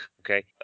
okay